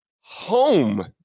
home